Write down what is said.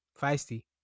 feisty